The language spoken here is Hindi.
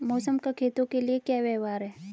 मौसम का खेतों के लिये क्या व्यवहार है?